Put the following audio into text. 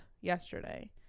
yesterday